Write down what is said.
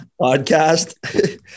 podcast